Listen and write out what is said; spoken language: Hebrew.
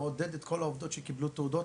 מעודד את כל עובדות שקיבלו תעודות,